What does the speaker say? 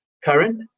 current